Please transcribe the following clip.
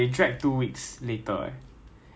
but ah what to do COVID mah